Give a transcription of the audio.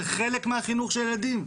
זה חלק מהחינוך של הילדים.